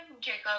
Jacob